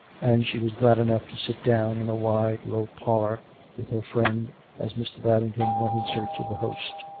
and she was glad enough to sit down in a wide, low parlour with her friend as mr. babington went in search of the host.